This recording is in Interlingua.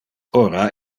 ora